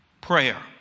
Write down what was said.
prayer